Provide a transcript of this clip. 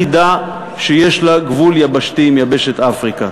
היחידה שיש לה גבול יבשתי עם יבשת אפריקה.